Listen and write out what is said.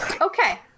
Okay